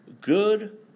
good